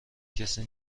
کسی